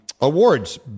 awards